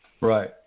Right